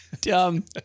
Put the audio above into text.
dumb